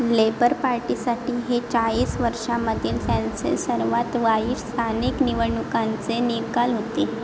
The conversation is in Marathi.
लेबर पार्टीसाठी हे चाळीस वर्षामधील त्यांचे सर्वात वाईट स्थानिक निवडणुकांचे निकाल होते